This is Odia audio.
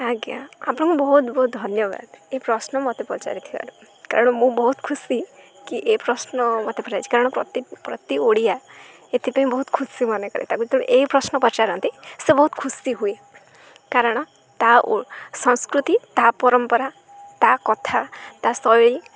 ଆଜ୍ଞା ଆପଣଙ୍କୁ ବହୁତ ବହୁତ ଧନ୍ୟବାଦ ଏ ପ୍ରଶ୍ନ ମୋତେ ପଚାରିଥିବାରୁ କାରଣ ମୁଁ ବହୁତ ଖୁସି କି ଏ ପ୍ରଶ୍ନ ମୋତେ ପଚାରିଛି କାରଣ ପ୍ରତି ପ୍ରତି ଓଡ଼ିଆ ଏଥିପାଇଁ ବହୁତ ଖୁସି ମନେ କରେ ତାକୁ ତେବେଳେ ଏ ପ୍ରଶ୍ନ ପଚାରନ୍ତି ସେ ବହୁତ ଖୁସି ହୁଏ କାରଣ ତା ଓ ସଂସ୍କୃତି ତା ପରମ୍ପରା ତା କଥା ତା ଶୈଳୀ